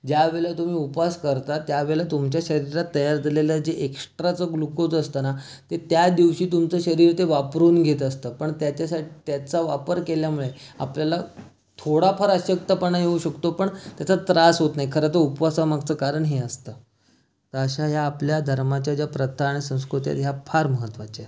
ज्या वेळे तुम्ही उपवास करता त्या वेळे तुमच्या शरीरात तयार झालेलं जे एक्सट्राच ग्लुकोज असतं ना ते त्या दिवशी तुमचं शरीर ते वापरून घेत असतं पण त्याच्यासा त्याचा वापर केल्यामुळे आपल्याला थोडाफार अशक्तपणा येऊ शकतो पण त्याचा त्रास होत नाही खरतर उपवासामागचं कारण हे असतं तर अश्या ह्या आपल्या धर्माच्या ज्या प्रथा आणि संस्कृती ह्या फार महत्वाच्या आहेत